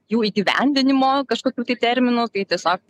jų įgyvendinimo kažkokių tai terminų tai tiesiog